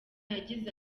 yagize